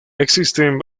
existen